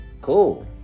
cool